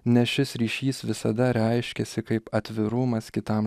nes šis ryšys visada reiškiasi kaip atvirumas kitam